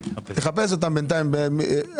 תחפש בינתיים במדרגה